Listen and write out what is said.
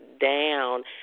down